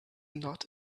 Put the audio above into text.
not